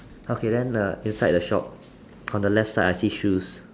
okay then the inside the shop on the left side I see shoes